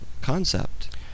concept